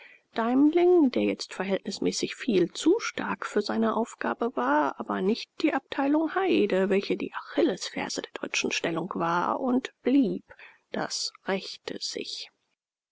deimling der jetzt verhältnismäßig viel zu stark für seine aufgabe war aber nicht die abteilung heyde welche die achillesferse der deutschen stellung war und blieb das rächte sich